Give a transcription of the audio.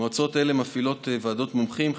מועצות אלה מפעילות ועדות מומחים,